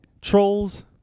Trolls